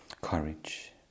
courage